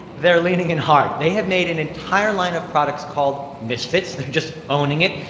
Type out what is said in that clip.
they're leaning in hard. they have made an entire line of products called misfits. they're just owning it.